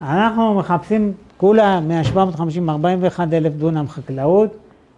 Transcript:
אנחנו מחפשים כולה מ-750,000, 40,000 דונם חקלאות.